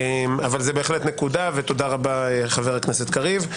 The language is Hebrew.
זו נקודה ותודה רבה, חבר הכנסת קריב.